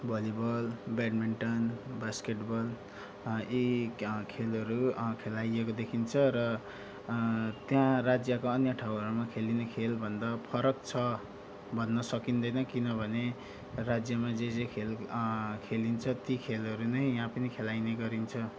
volleyball badminton basketball यी खेलहरू खेलाइएको देखिन्छ र त्यहाँ राज्यका अन्य ठाउँहरूमा खेलिने खेलभन्दा फरक छ भन्न सकिँदैन किनभने राज्यमा जे जे खेल खेलिन्छ ती खेलहरू नै यहाँ पनि खेलाइने गरिन्छ